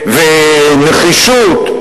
ונחישות,